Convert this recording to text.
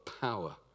power